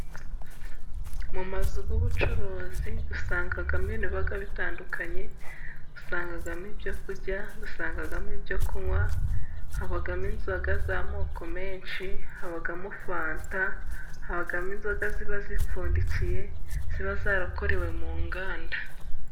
Mu mazu y'ubucuruzi dusangamo ibintu biba bitandukanye，dusangamo ibyo kurya，dusangamo ibyo kunywa， habamo inzoga z'amoko menshi， habamo fanta，habamo inzoga ziba zipfundikiye，ziba zarakorewe mu nganda.